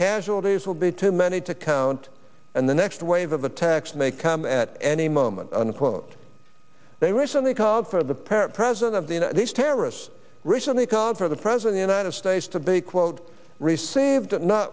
casualties will be too many to count and the next wave of attacks may come at any moment unquote they recently called for the parent present of the these terrorists recently called for the present united states to be quote received